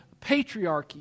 patriarchy